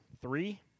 three